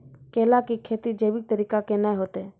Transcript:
केला की खेती जैविक तरीका के ना होते?